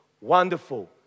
Wonderful